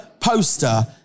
poster